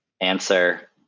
answer